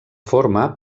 forma